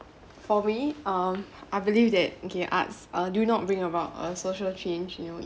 for me um I believe that okay arts uh do not bring about uh social change you know